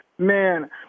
Man